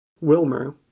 Wilmer